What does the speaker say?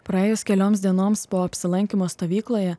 praėjus kelioms dienoms po apsilankymo stovykloje